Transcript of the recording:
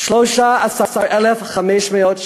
כל אלה שלא עובדים אין להם תואר אקדמי?